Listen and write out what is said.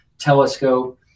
telescope